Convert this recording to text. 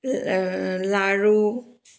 লাৰু